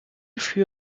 fut